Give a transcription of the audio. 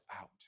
out